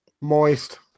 Moist